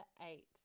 eight